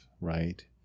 right